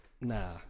nah